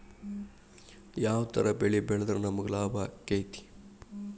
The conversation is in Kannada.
ಯಾವ ತರ ಬೆಳಿ ಬೆಳೆದ್ರ ನಮ್ಗ ಲಾಭ ಆಕ್ಕೆತಿ?